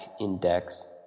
index